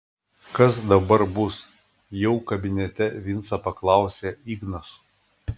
kas dabar bus jau kabinete vincą paklausė ignas